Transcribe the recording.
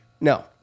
No